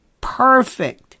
perfect